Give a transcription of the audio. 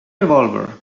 revolver